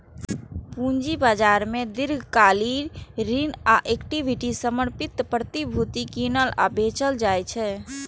पूंजी बाजार मे दीर्घकालिक ऋण आ इक्विटी समर्थित प्रतिभूति कीनल आ बेचल जाइ छै